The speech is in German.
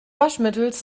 waschmittels